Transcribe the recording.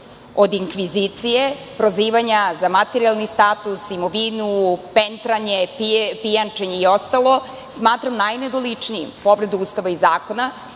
od inkvizicije, prozivanja za materijalni status, imovinu, pentranje, pijančenje, smatram najnedoličnijim, povreda Ustava i zakona